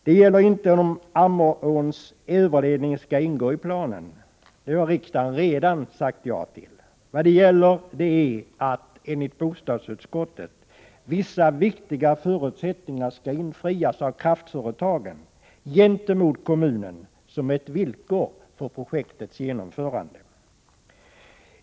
Det gäller inte frågan om Ammeråns överledning skall ingå i planen; det har riksdagen redan sagt ja till. Vad det gäller är att enligt bostadsutskottet vissa viktiga förutsättningar skall infrias av kraftföretagen gentemot kommunen som ett villkor för projektets genomförande.